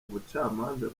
ubucamanza